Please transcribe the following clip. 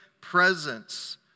presence